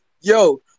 Yo